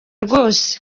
rwose